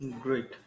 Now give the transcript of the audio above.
Great